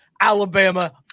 Alabama